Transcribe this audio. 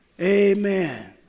Amen